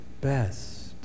best